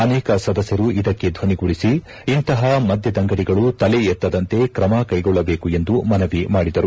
ಅನೇಕ ಸದಸ್ಕರು ಇದಕ್ಕೆ ಧ್ವನಿಗೂಡಿಸಿ ಇಂತಪ ಮದ್ಯದಂಗಡಿಗಳು ತಲೆ ಎತ್ತದಂತೆ ಕ್ರಮ ಕೈಗೊಳ್ಳಬೇಕೆಂದು ಮನವಿ ಮಾಡಿದರು